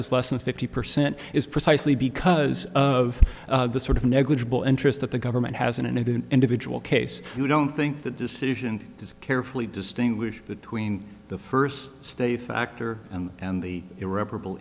is less than fifty percent is precisely because of the sort of negligible interest that the government has and in an individual case you don't think the decision is carefully distinguish between the first state factor and the irreparable